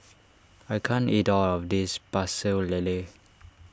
I can't eat all of this Pecel Lele